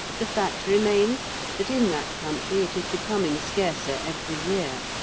the fact remains that in that country it is becoming scarcer every year,